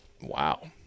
Wow